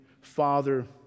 Father